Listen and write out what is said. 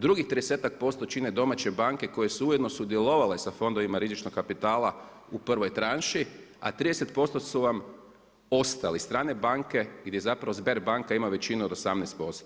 Drugih 30% čine domaće banke koje su ujedno sudjelovali sa fondovima rizičnog kapitala u prvoj tranši a 30% su vam ostali, strane banke, gdje zapravo Sber banka ima većinu od 18%